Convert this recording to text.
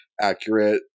accurate